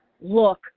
Look